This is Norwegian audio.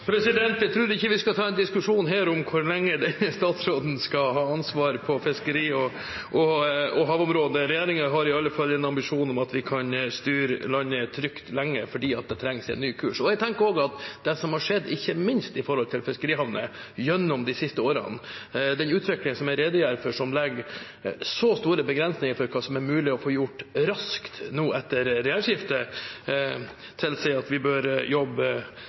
Jeg tror ikke vi skal ta en diskusjon her om hvor lenge denne statsråden skal ha ansvaret for fiskeri og havområder. Regjeringen har i alle fall en ambisjon om at vi kan styre landet trygt lenge, for det trengs en ny kurs. Jeg tenker også at det som har skjedd gjennom de siste årene, ikke minst når det gjelder fiskerihavner – den utviklingen jeg redegjorde for, som legger så store begrensninger for hva som er mulig å få gjort raskt, nå etter regjeringsskiftet – tilsier at vi bør jobbe